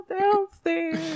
downstairs